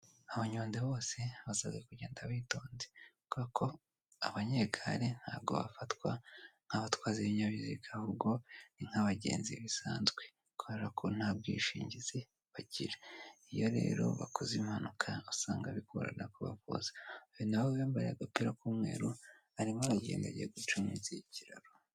Abanyonzi bose basabwe kugenda bitonze, kuko abanyegare ntabwo bafatwa nk'abatwazi b'ibinyabiziga, ahubwo ni nk'abagenzi bisanzwe kubera ko nta bwishingizi bagira. Iyo rero bakoze impanuka usanga bigorana kubavuza uyu nawe wambaye agapira k'umweru arimo aragenda agiye guca munsi y'ikiraro.